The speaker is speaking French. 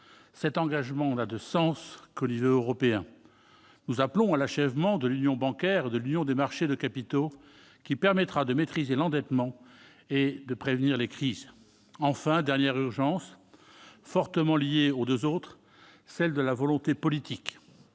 Cet engagement n'a de sens qu'au niveau européen : nous appelons à l'achèvement de l'union bancaire et de l'union des marchés de capitaux, qui permettra de maîtriser l'endettement et de prévenir les crises. Enfin, la dernière urgence, fortement liée aux deux autres, est celle de la volonté politique.